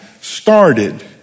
started